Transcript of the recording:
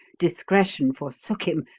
discretion forsook him,